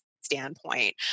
standpoint